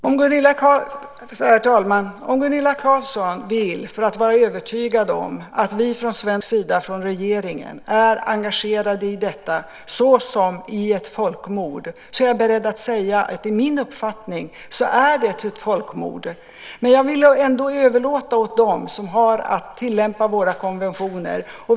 Herr talman! Om Gunilla Carlsson vill vara övertygad om att vi från svensk sida, från regeringen, är engagerade i detta såsom i ett folkmord är jag beredd att säga att enligt min uppfattning är det ett folkmord. Men jag vill ändå överlåta detta åt dem som har att tillämpa våra konventioner.